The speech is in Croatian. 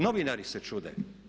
Novinari se čude.